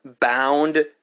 bound